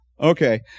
Okay